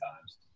times